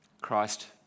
Christ